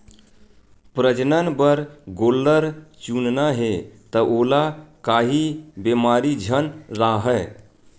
प्रजनन बर गोल्लर चुनना हे त ओला काही बेमारी झन राहय